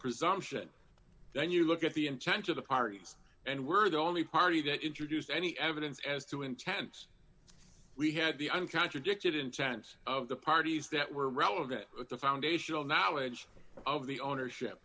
presumption then you look at the intent of the parties and we're the only party that introduced any evidence as too intense we had the un contradicted intent of the parties that were relevant to the foundational knowledge of the ownership